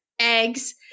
eggs